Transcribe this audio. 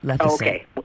Okay